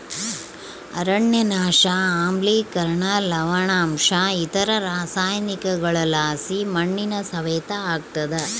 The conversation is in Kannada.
ಅರಣ್ಯನಾಶ ಆಮ್ಲಿಕರಣ ಲವಣಾಂಶ ಇತರ ರಾಸಾಯನಿಕಗುಳುಲಾಸಿ ಮಣ್ಣಿನ ಸವೆತ ಆಗ್ತಾದ